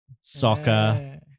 soccer